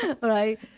Right